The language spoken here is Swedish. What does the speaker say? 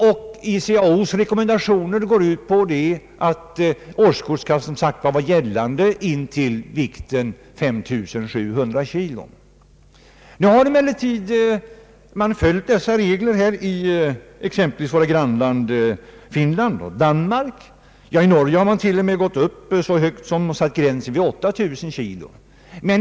ICAO:s rekommendationer går som sagt ut på att årskort skall vara gällande för flygplan intill en vikt av 5 700 kg. Man har följt dessa regler i exempelvis våra grannländer Finland och Danmark. I Norge har man t.o.m. satt gränsen vid 8000 kg.